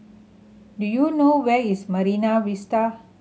do you know where is Marine Vista